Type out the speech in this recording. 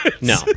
no